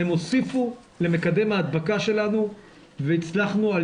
הן הוסיפו למקדם ההדבקה שלנו והצלחנו על